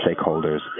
stakeholders